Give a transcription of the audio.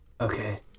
Okay